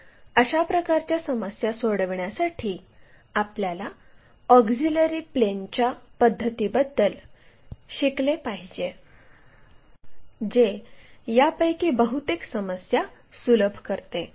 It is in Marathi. तर अशा प्रकारच्या समस्या सोडविण्यासाठी आपल्याला ऑक्झिलिअरी प्लेनच्या पद्धतीबद्दल शिकले पाहिजे जे यापैकी बहुतेक समस्या सुलभ करते